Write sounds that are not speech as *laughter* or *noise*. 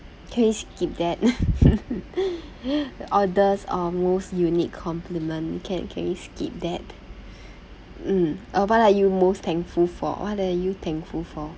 can we skip that *laughs* the oddest or most unique complement can can we skip that mm uh what are you most thankful for what you thankful for